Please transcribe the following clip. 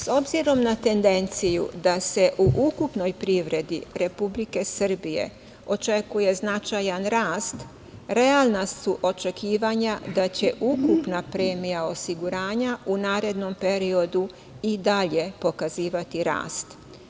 S obzirom na tendenciju da se u ukupnoj privredi Republike Srbije očekuje značajan rast, realna su očekivanja da će ukupna premija osiguranja u narednom periodu i dalje pokazivati rast.